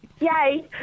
Yay